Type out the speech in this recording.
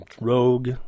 Rogue